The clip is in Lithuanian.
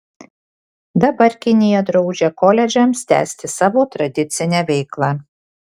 dabar kinija draudžia koledžams tęsti savo tradicinę veiklą